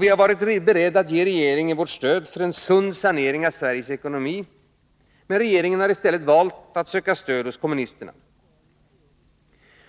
Vi har varit beredda att ge regeringen vårt stöd för en sund sanering av Sveriges ekonomi, men regeringen har i stället valt att söka stöd hos kommunisterna.